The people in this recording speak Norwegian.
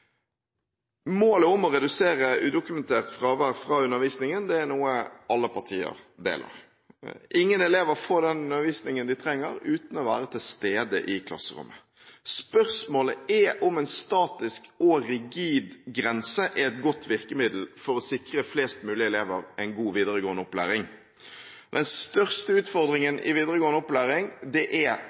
Målet om å redusere udokumentert fravær fra undervisningen er noe alle partier deler. Ingen elever får den undervisningen de trenger uten å være til stede i klasserommet. Spørsmålet er om en statisk og rigid grense er et godt virkemiddel for å sikre flest mulig elever en god videregående opplæring. Den største utfordringen i videregående opplæring er frafallet – det